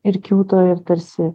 ir kiūto ir tarsi